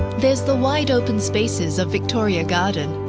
there's the wide open spaces of victoria garden,